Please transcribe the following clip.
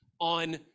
on